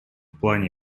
плане